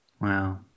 Wow